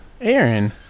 Aaron